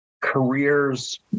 careers